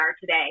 today